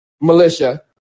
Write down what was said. militia